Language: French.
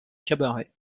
cabaret